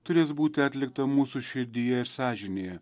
turės būti atlikta mūsų širdyje ir sąžinėje